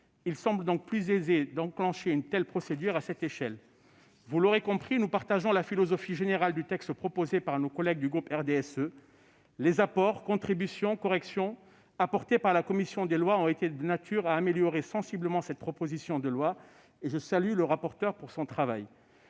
Il semble donc plus aisé d'enclencher une telle procédure à cette échelle. Vous l'aurez compris, nous partageons la philosophie générale du texte proposé par nos collègues du groupe du RDSE. Les contributions et corrections apportées par la commission des lois ont été de nature à améliorer sensiblement cette proposition de loi. Je salue le rapporteur pour son travail.